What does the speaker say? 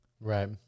Right